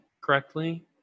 correctly